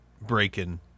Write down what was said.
breaking